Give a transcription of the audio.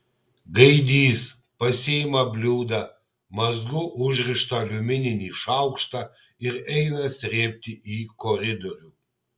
gaidys pasiima bliūdą mazgu užrištą aliumininį šaukštą ir eina srėbti į koridorių